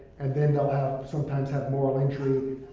and then they'll have, sometimes have moral injury,